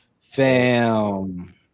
Fam